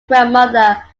grandmother